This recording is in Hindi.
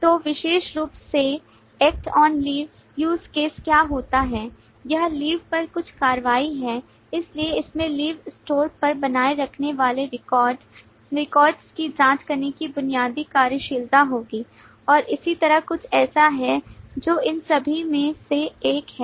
तो विशेष रूप से act on leave use case क्या होता है यह लीव पर कुछ कार्रवाई है इसलिए इसमें लीव स्टोर पर बनाए रखने वाले रेकॉर्ड रिकॉर्ड की जांच करने की बुनियादी कार्यशीलता होगी और इसी तरह कुछ ऐसा है जो इन सभी में से एक है